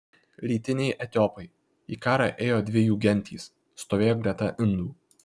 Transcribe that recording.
rytiniai etiopai į karą ėjo dvi jų gentys stovėjo greta indų